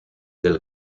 del